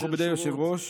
מכובדי היושב-ראש,